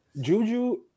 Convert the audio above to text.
Juju